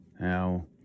Now